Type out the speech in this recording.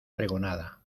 pregonada